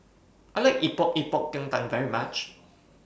I like Epok Epok Kentang very much